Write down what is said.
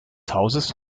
hauses